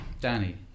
Danny